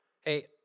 hey